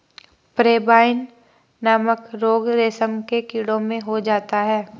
pebrine नामक रोग रेशम के कीड़ों में हो जाता है